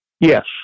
Yes